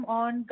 on